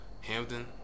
Hampton